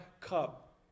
cup